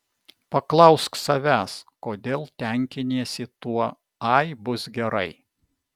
paklausk savęs kodėl tenkiniesi tuo ai bus gerai